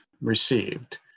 received